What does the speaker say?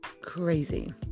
crazy